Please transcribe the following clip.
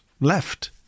left